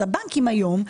הבנקים היום,